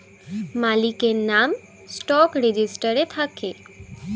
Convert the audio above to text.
মালিকের নাম স্টক রেজিস্টারে থাকে